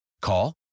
Call